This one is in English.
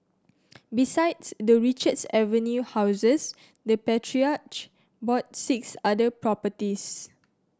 besides the Richards Avenue houses the patriarch bought six other properties